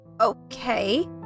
Okay